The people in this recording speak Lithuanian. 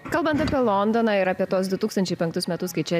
kalbant apie londoną ir apie tuos du tūkstančiai penktus metus kai čia